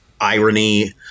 irony